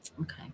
Okay